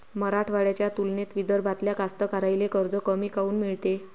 मराठवाड्याच्या तुलनेत विदर्भातल्या कास्तकाराइले कर्ज कमी काऊन मिळते?